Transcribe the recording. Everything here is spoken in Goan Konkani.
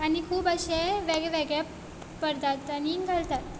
आनी खूब अशे वेगळे वेगळे पदार्थांनी घालतात